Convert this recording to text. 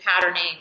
patterning